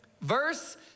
Verse